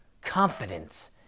Confidence